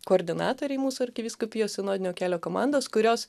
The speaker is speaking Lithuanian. koordinatoriai mūsų arkivyskupijos sinodinio kelio komandos kurios